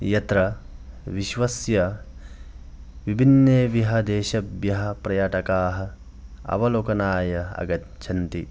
यत्र विश्वस्य विभिन्ने विदेशेभ्यः पर्यटकाः अवलोकनाय आगच्छन्ति